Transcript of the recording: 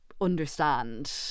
understand